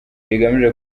rigamije